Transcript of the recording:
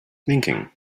thinking